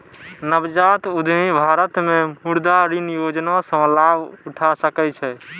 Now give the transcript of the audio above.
नवजात उद्यमी भारत मे मुद्रा ऋण योजना सं लाभ उठा सकै छै